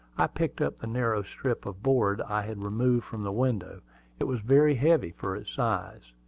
i picked up the narrow strip of board i had removed from the window it was very heavy for its size.